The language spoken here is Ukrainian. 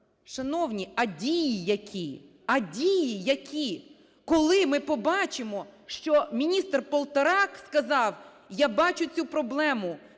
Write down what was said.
Шановні, а дії які? А дії які? Коли ми побачимо, що міністр Полторак сказав: я бачу цю проблему,